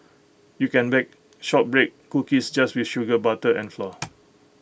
you can bake Shortbread Cookies just with sugar butter and flour